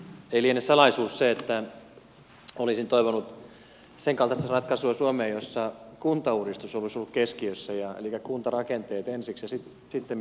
ei liene salaisuus se että olisin toivonut suomeen sen kaltaista ratkaisua jossa kuntauudistus olisi ollut keskiössä elikkä kuntarakenteet ensiksi ja sitten olisi mietitty kokonaisuutta